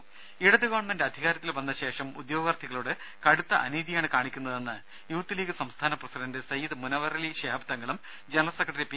രുമ ഇടത് ഗവൺമെന്റ് അധികാരത്തിൽ വന്ന ശേഷം ഉദ്യോഗാർത്ഥികളോട് കടുത്ത അനീതിയാണ് കാണിക്കുന്നതെന്ന് യൂത്ത് ലീഗ് സംസ്ഥാന പ്രസിഡന്റ് സയ്യിദ് മുനവ്വറലി ശിഹാബ് തങ്ങളും ജനറൽ സെക്രട്ടറി പി